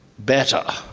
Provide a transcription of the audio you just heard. better,